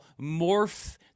morph